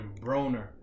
Broner